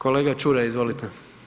Kolega Čuraj, izvolite.